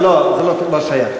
לא, זה לא שייך.